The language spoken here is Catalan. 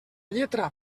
lletra